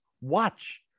watch